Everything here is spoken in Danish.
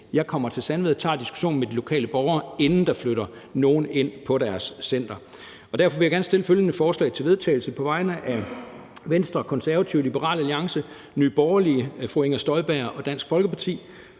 jeg kommer til Sandvad, tager diskussionen med de lokale borgere, inden der flytter nogen ind på deres center. Derfor vil jeg gerne på vegne af Venstre, Konservative, Liberal Alliance, Nye Borgerlige, fru Inger Støjberg (UFG) og Dansk Folkeparti